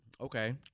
Okay